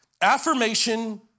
affirmation